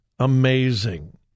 Amazing